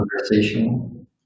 conversation